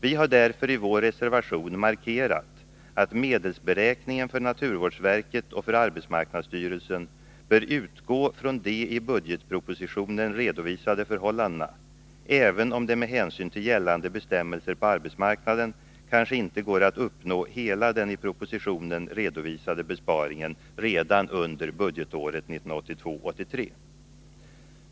Vi har därför i vår reservation markerat att medelsberäkningen för naturvårdsverket och arbetsmarknadsstyrelsen bör utgå från de i budgetpropositionen redovisade förhållandena, även om det med hänsyn till gällande bestämmelser på arbetsmarknaden kanske inte går att uppnå hela den i propositionen redovisade besparingen redan under budgetåret 1982/83.